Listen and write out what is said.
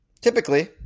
Typically